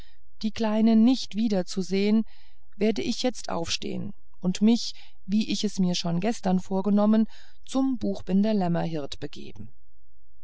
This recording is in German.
die kleine nicht wiederzusehen werde ich jetzt aufstehen und mich wie ich es mir schon gestern vorgenommen zum buchbinder lämmerhirt begeben